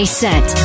set